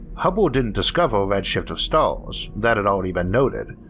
hubble didn't discover red shift of stars, that had already been noted,